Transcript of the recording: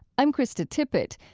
i'm krista tippett.